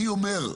אני אומר,